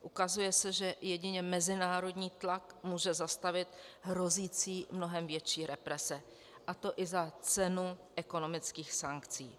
Ukazuje se, že jedině mezinárodní tlak může zastavit hrozící mnohem větší represe, a to i za cenu ekonomických sankcí.